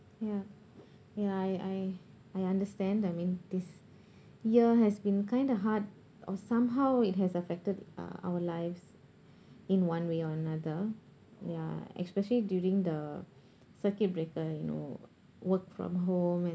ya ya I I I understand I mean this year has been kind of hard or somehow it has affected uh our lives in one way or another ya especially during the circuit breaker you know work from home and